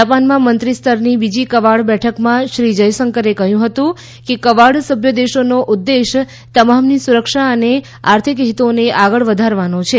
જાપાનમાં મંત્રીસ્તરની બીજી કવાડ બેઠકમાં શ્રી જયશંકરે કહયું કે કવાડ સભ્ય દેશોનો ઉદ્દેશ તમામની સુરક્ષા અને આર્થિક હિતોને આગળ વધારવાનો છે